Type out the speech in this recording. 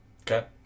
Okay